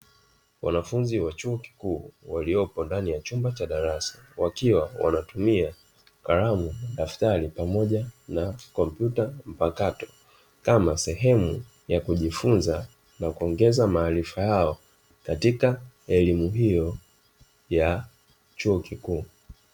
Wanafunzi wa chuo kikuu waliopo ndani ya chumba cha darasa wakiwa wanatumia: kalamu, daftari pamoja na kompyuta mpakato; kama sehemu ya kujifunza na kuongeza maarifa yao katika elimu hiyo ya chuo kikuu.